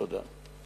תודה.